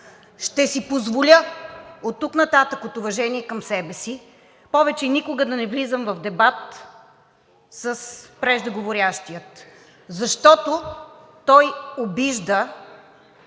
Ще си позволя оттук нататък от уважение към себе си повече никога да не влизам в дебат с преждеговорившия, защото той обижда